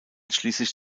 schließlich